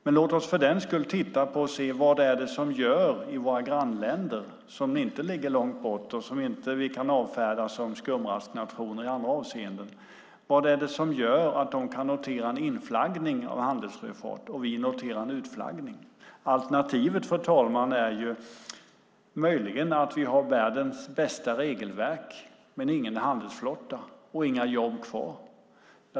Men låt oss för den skull se vad det är i våra grannländer, som inte ligger långt borta och som vi inte kan avfärda som skumrasknationer i andra avseenden, som gör att de kan notera en inflaggning av handelssjöfart och vi noterar en utflaggning. Alternativet, fru talman, är möjligen att vi har världens bästa regelverk men ingen handelsflotta och inga jobb kvar.